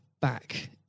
back